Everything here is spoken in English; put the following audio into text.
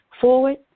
forward